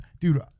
dude